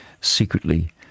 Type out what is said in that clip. secretly